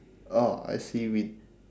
oh I see we